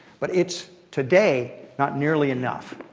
but it's, today, not nearly enough.